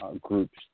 groups